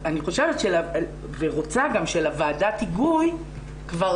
אני חושבת ורוצה גם שלוועדת ההיגוי נגיע כבר